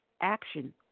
action